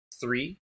Three